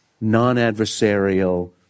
non-adversarial